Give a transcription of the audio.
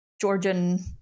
Georgian